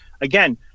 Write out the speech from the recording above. Again